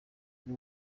ari